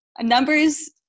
numbers